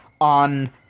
on